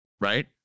right